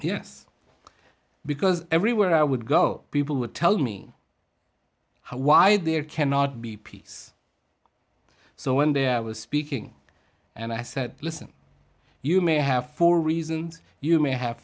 yes because everywhere i would go people would tell me why there cannot be peace so when there was speaking and i said listen you may have for reasons you may have